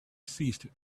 ceased